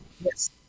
Yes